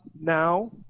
now